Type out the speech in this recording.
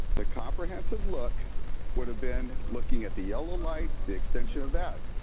the comprehensive look would have been and looking at the yellow light, the extension of that.